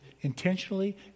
intentionally